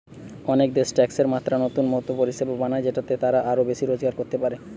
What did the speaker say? অনেক দেশ ট্যাক্সের মাত্রা মতো নতুন পরিষেবা বানায় যেটাতে তারা আরো বেশি রোজগার করতে পারে